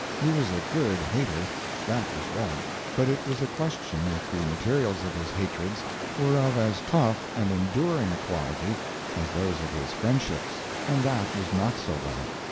he was a good hater that was well but it was a question if the materials of his hatreds were of as tough and enduring a quality as those of his friendships and that was not so well.